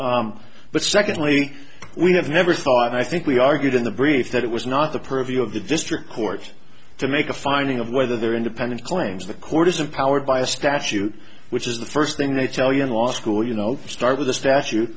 paragraph but secondly we have never thought i think we argued in the brief that it was not the purview of the district court to make a finding of whether they're independent claims the court is empowered by statute which is the first thing they tell you in law school you know the start of the statu